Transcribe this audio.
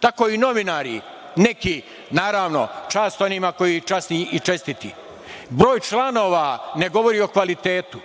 Tako i novinari, neki, naravno, čast onima koji su časni i čestiti. Broj članova ne govori o kvalitetu.